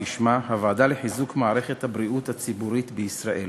כשמה: הוועדה לחיזוק מערכת הבריאות הציבורית בישראל.